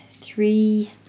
three